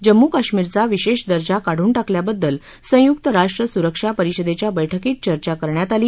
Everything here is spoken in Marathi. जम्मू कश्मीरचा विशेष दर्जा काढून टाकल्याबाबत संयुक्त राष्ट्र सुरक्षा परिषदेच्या बैठकीत चर्चा करण्यात आली